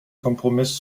kompromiss